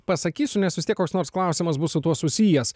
pasakysiu nes vis tiek koks nors klausimas bus su tuo susijęs